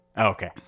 okay